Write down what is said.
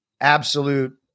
absolute